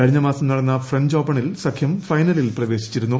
കഴിഞ്ഞ മാസം നടന്ന ഫ്രഞ്ച് ഓപ്പണിൽ സഖ്യം ഫൈനലിൽ പ്രവേശിച്ചിരുന്നു